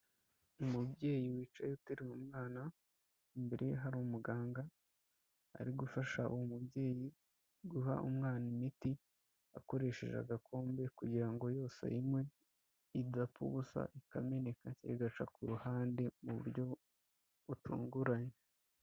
Umubyeyi wicaye uteruye umwana, imbere ye hari umuganga ari gufasha uwo mubyeyi, guha umwana imiti akoresheje agakombe, kugira ngo yose ayinywe idapfa ubusa ikameneka igaca ku ruhande mu buryo butunguranye.